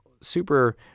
super